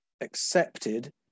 accepted